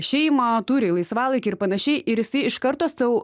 šeimą turi laisvalaikį ir panašiai ir jisai iš karto sau